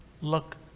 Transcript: look